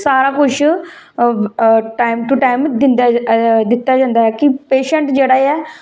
सारा कुछ time to time दिता जंदा है कि पेंशेट जेहड़ा ऐ